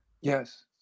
Yes